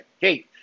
Hey